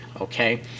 okay